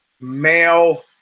male